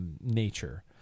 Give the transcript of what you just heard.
nature